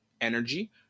energy